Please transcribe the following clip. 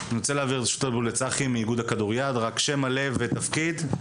צחי מאיגוד הכדוריד, בבקשה.